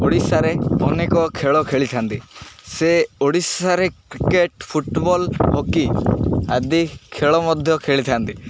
ଓଡ଼ିଶାରେ ଅନେକ ଖେଳ ଖେଳିଥାନ୍ତି ସେ ଓଡ଼ିଶାରେ କ୍ରିକେଟ ଫୁଟବଲ୍ ହକି ଆଦି ଖେଳ ମଧ୍ୟ ଖେଳିଥାନ୍ତି